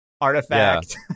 Artifact